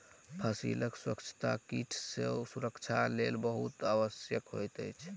फसीलक स्वच्छता कीट सॅ सुरक्षाक लेल बहुत आवश्यक होइत अछि